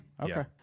Okay